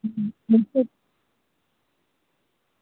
आं बिल्कुल